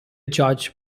judge